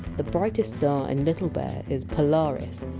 the brightest star in little bear is polaris,